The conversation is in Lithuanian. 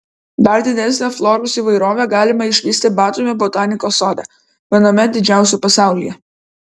dar didesnę floros įvairovę galima išvysti batumio botanikos sode viename didžiausių pasaulyje